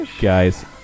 Guys